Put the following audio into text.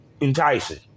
enticing